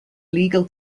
legal